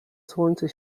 słońce